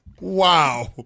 Wow